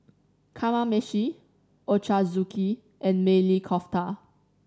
Kamameshi Ochazuke and Maili Kofta